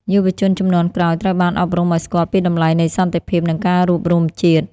យុវជនជំនាន់ក្រោយត្រូវបានអប់រំឱ្យស្គាល់ពីតម្លៃនៃសន្តិភាព និងការរួបរួមជាតិ។